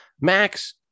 Max